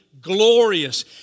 glorious